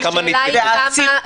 השאלה היא כמה נדבקו.